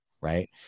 right